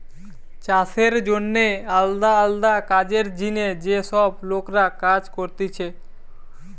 চাষের জন্যে আলদা আলদা কাজের জিনে যে সব লোকরা কাজ করতিছে